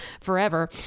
forever